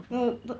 no no